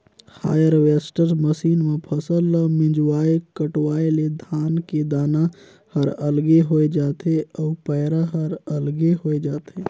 harvester machine म फसल ल मिंजवाय कटवाय ले धान के दाना हर अलगे होय जाथे अउ पैरा हर अलगे होय जाथे